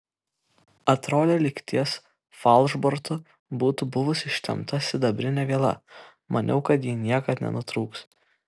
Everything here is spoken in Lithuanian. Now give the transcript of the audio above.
atrodė lyg ties falšbortu būtų buvus ištempta sidabrinė viela maniau kad ji niekad nenutrūks